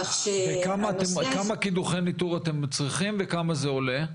כמה קידוחי ניטור אתם צריכים וכמה זה עולה?